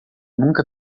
nunca